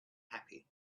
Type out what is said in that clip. happy